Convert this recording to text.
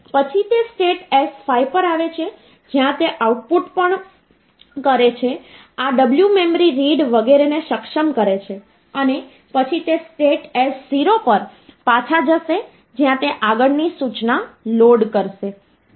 પછી તે state s5 પર આવે છે જ્યાં તે આઉટપુટ પણ કરે છે આ w મેમરી રીડ વગેરેને સક્ષમ કરે છે અને પછી તે સ્ટેટ s0 પર પાછા જશે જ્યાં તે આગળની સૂચના લોડ કરશે